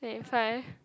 twenty five